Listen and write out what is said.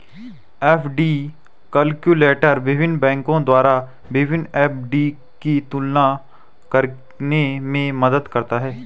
FD calculator विभिन्न बैंकों द्वारा विभिन्न एफ.डी की तुलना करने में मदद करता है